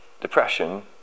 depression